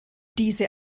diese